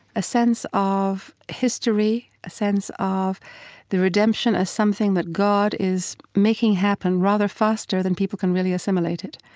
a sense of history, a sense of the redemption as something that god is making happen rather faster than people can really assimilate it.